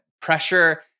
pressure